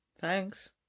Thanks